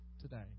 today